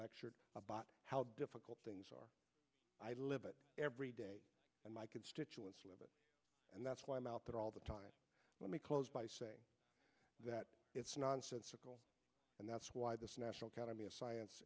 lectured about how difficult things are i live it every day and my constituents and that's why i'm out there all the time let me close by saying that it's nonsensical and that's why the national academy of science